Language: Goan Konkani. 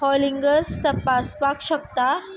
हॉलिंगस तपासपाक शकता